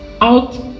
out